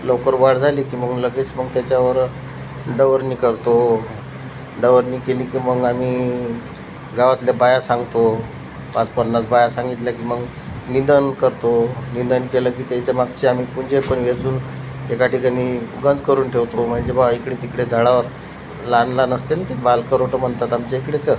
लवकर वाढ झाली की मग लगेच मग त्याच्यावर डवरणी करतो डवरणी केली की मग आम्ही गावातल्या बाया सांगतो पाचपन्नास बाया सांगितल्या की मग निंदण करतो निंदण केलं की ते त्याच्यामागचे आम्ही पुंजे पण वेचून एका ठिकाणी गंज करून ठेवतो म्हणजे बुवा इकडे तिकडे झाडावर लहान लहान असते ना ते बाल करोडो म्हणतात आमच्याइकडे तर